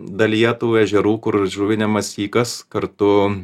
dalyje tų ežerų kur įžuvinemas sykas kartu